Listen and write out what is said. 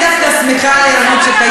את יכולה להתעלם מחבר הכנסת ילין,